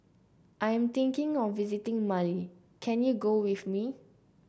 I'm thinking of visiting Mali can you go with me